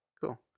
cool